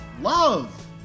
love